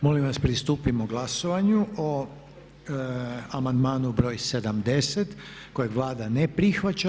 Molim vas pristupimo glasovanju o amandmanu broj 70. kojeg Vlada ne prihvaća.